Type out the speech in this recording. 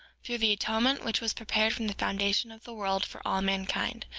through the atonement which was prepared from the foundation of the world for all mankind,